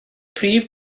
prif